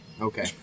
okay